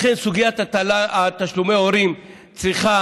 לכן, סוגיית תשלומי ההורים צריכה